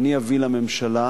שאני אביא לממשלה,